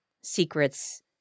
secrets